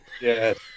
Yes